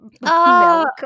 milk